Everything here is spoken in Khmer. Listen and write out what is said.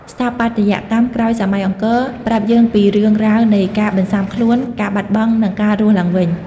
ស្ថាបត្យកម្មក្រោយសម័យអង្គរប្រាប់យើងពីរឿងរ៉ាវនៃការបន្សាំខ្លួន ការបាត់បង់ និងការរស់ឡើងវិញ។